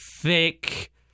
thick